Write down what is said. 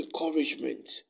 encouragement